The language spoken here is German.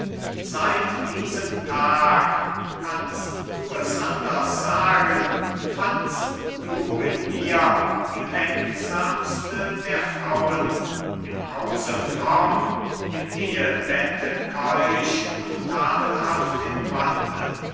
seit diesem tag kannst du es anders sagen fandst du in mir die lenksamste der frauen im hause fromm im ehebette keusch untadelhaft im wandel